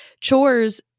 chores